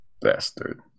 Bastard